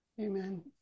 Amen